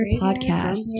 Podcast